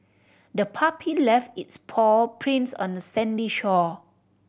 the puppy left its paw prints on the sandy shore